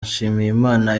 nshimiyimana